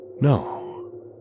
No